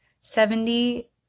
seventy